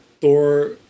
Thor